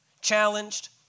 challenged